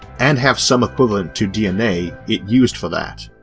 and have some equivalent to dna it used for that.